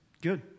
Good